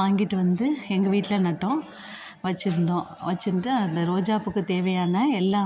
வாங்கிட்டு வந்து எங்கள் வீட்டில் நட்டோம் வச்சிருந்தோம் வச்சிருந்து அந்த ரோஜாப்பூக்கு தேவையான எல்லா